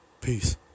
Peace